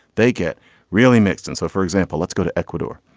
they get really mixed. and so, for example, let's go to ecuador.